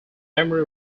memory